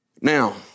Now